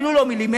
אפילו לא מילימטר,